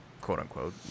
quote-unquote